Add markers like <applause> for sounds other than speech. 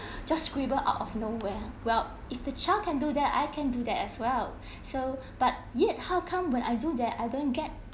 <breath> just scribbled out of nowhere well if the child can do that I can do that as well <breath> so <breath> but yet how come when I do that I don't get